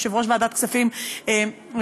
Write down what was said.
יושב-ראש ועדת הכספים גפני,